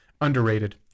underrated